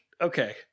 Okay